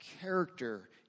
character